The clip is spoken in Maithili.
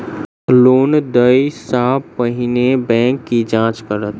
लोन देय सा पहिने बैंक की जाँच करत?